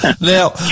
Now